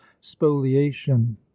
spoliation